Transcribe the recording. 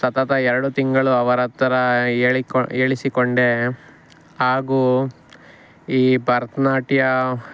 ಸತತ ಎರಡು ತಿಂಗಳು ಅವರತ್ರ ಹೇಳಿಕೊ ಹೇಳಿಸಿಕೊಂಡೆ ಹಾಗೂ ಈ ಭರತನಾಟ್ಯ